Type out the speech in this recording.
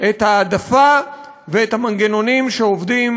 את ההעדפה ואת המנגנונים שעובדים